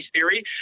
theory